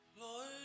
Lord